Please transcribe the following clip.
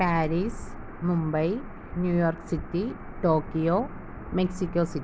Paris Mumbai New York city Tokyo Mexico city